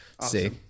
See